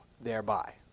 thereby